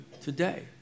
today